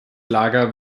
lager